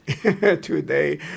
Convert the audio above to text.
today